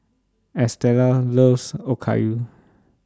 Estela loves Okayu